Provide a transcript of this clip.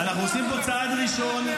אנחנו עושים פה צעד ראשון.